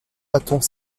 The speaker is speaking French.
battants